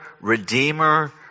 redeemer